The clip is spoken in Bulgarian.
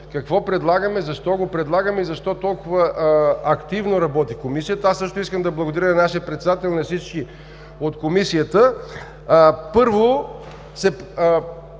какво предлагаме, защо го предлагаме и защо толкова активно работи Комисията. Аз също искам да благодаря на нашия председател, на всички от Комисията. Първо,